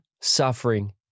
suffering